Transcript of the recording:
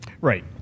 right